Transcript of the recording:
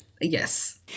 yes